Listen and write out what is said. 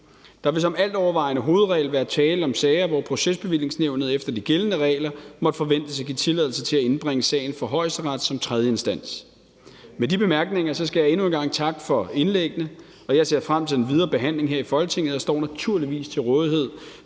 Der vil som altovervejende hovedregel være tale om sager, hvor Procesbevillingsnævnet efter de gældende regler måtte forventes at give tilladelse til at indbringe sagen for Højesteret som tredje instans. Med de bemærkninger skal jeg endnu en gang takke for indlæggene, og jeg ser frem til den videre behandling her i Folketinget, og jeg står naturligvis til rådighed